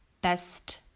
best